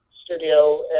Studio